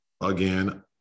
again